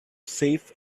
safe